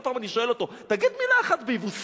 כל פעם אני שואל אותו: תגיד מלה אחת ביבוסית.